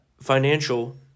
financial